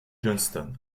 johnston